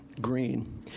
green